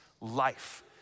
life